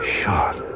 Shot